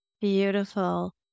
Beautiful